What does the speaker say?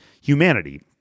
humanity